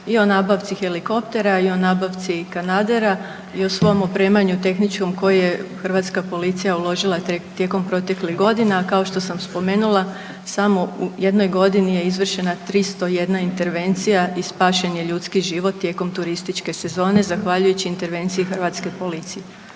i o nabavci helikoptera i o nabavci kanadera i o svom opremanju tehničkom koji je Hrvatska policija uložila tijekom proteklih godina, kao što sam spomenula, samo u jednoj godini je izvršena 301 intervencija i spašen je ljudski život tijekom turističke sezone zahvaljujući intervenciji Hrvatske policije.